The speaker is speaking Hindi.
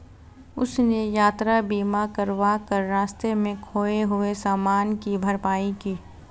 उसने यात्रा बीमा करवा कर रास्ते में खोए हुए सामान की भरपाई की